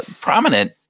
prominent